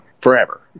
forever